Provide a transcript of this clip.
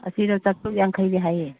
ꯑꯁꯤꯔꯣ ꯆꯥꯇ꯭ꯔꯨꯛ ꯌꯥꯡꯈꯩꯗꯤ ꯍꯥꯏꯌꯦ